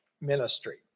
ministry